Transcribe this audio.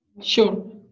sure